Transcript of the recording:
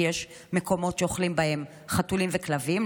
כי יש מקומות שאוכלים בהם חתולים וכלבים,